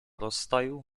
rozstaju